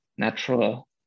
natural